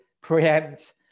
preempt